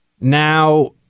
Now